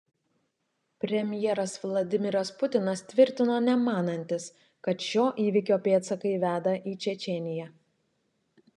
premjeras vladimiras putinas tvirtino nemanantis kad šio įvykio pėdsakai veda į čečėniją